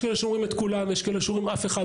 יש כאלה שאומרים את כולם, יש כאלה שאומרים אף אחד.